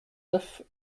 neuf